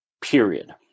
period